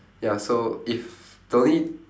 ya so if the only